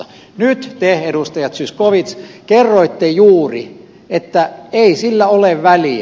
nyt te edustaja zyskowicz kerroitte juuri että ei sillä ole väliä